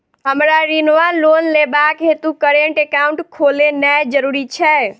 हमरा ऋण वा लोन लेबाक हेतु करेन्ट एकाउंट खोलेनैय जरूरी छै?